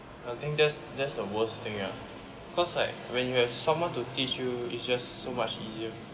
I think that's that's the worst thing ya cause like when you have someone to teach you it's just so much easier